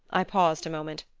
i paused a moment.